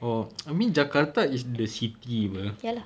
oh I mean jakarta is the city [pe]